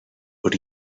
but